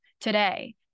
today